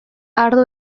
ardo